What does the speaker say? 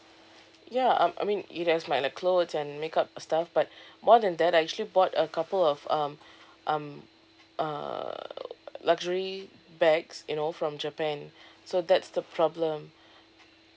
ya um I mean it has my like clothes and makeup stuff but more than that I actually bought a couple of um um err luxury bags you know from japan so that's the problem